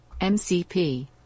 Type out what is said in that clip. MCP